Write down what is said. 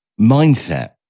mindset